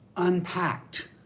unpacked